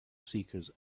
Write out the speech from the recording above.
seekers